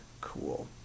cool